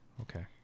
okay